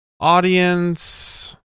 Audience